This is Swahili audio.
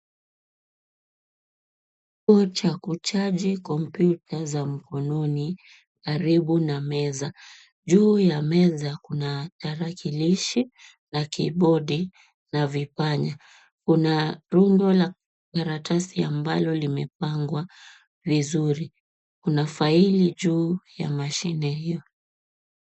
Kituo cha kuchaji kompiuta za mkononi karibu na meza, juu ya meza kuna tarakilishi na kibodi na vipanya. Kuna rundo la karatasi ambalo limepangwa vizuri, kuna faili juu ya mashine hiyo.